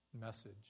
message